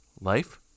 life